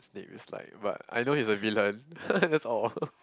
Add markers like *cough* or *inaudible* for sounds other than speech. that is like but I know he's a villain *laughs* that's all *laughs*